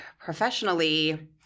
professionally